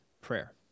prayer